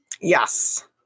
Yes